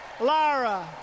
Lara